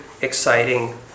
exciting